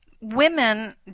women